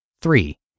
Three